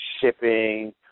shipping